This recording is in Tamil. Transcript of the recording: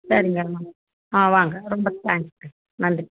சரிங்க வா ஆ வாங்க ரொம்ப தேங்க்ஸுங்க நன்றி